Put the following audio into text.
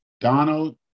Donald